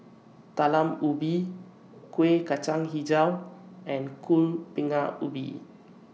Talam Ubi Kuih Kacang Hijau and Kuih Bingka Ubi